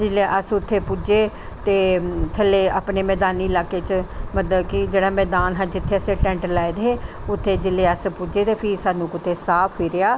ते जिसलै उत्थै पुज्जे ते थल्लै अपनी मैदानी इलाके च मतलब कि जेहड़ा मैदान हा जित्थै असें टैंट लाए दे हे उत्थै जिसलै अस पुज्जे दे फिह् स्हानू कुतै साह् फिरेआ